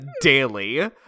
daily